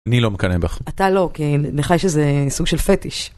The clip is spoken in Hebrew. אני לא מקנא בך - אתה לא כי לך יש איזה סוג של פטיש.